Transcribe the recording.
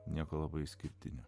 nieko labai išskirtinio